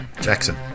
Jackson